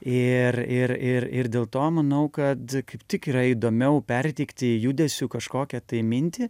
ir ir ir ir dėl to manau kad kaip tik yra įdomiau perteikti judesiu kažkokią tai mintį